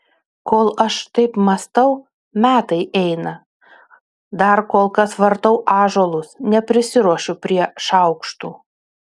kol aš taip mąstau metai eina dar kol kas vartau ąžuolus neprisiruošiu prie šaukštų